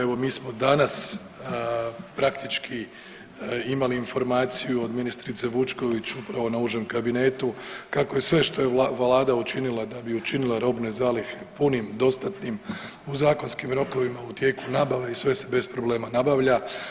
Evo mi smo danas praktički imali informaciju od ministrice Vučković upravo na užem kabinetu kako je sve što je vlada učinila da bi učinila robne zalihe punim, dostatnim u zakonskim rokovima u tijeku nabave i sve se bez problema nabavlja.